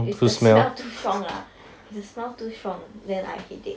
is the strong smell too strong ah is the smell too strong then I headache